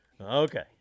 Okay